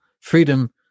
freedom